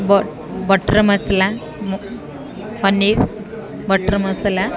butter masala paneer butter ମସଲା